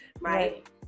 right